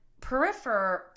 peripher